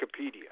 Wikipedia